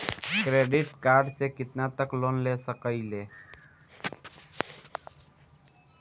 Credit card से कितना तक लोन ले सकईल?